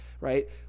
right